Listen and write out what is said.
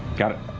got it.